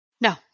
No